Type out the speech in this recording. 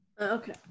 okay